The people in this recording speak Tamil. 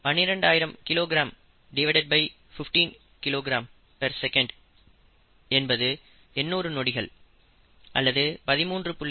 12000 kgs 15 kgs என்பது 800 நொடிகள் அல்லது 13